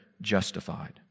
justified